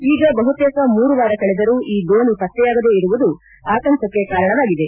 ಈಗ ಬಹುತೇಕ ಮೂರು ವಾರ ಕಳೆದರೂ ಈ ದೋಣಿ ಪತ್ತೆಯಾಗದೇ ಇರುವುದು ಆತಂಕಕ್ಕೆ ಕಾರಣವಾಗಿದೆ